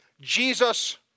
Jesus